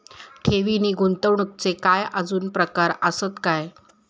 ठेव नी गुंतवणूकचे काय आजुन प्रकार आसत काय?